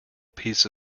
piece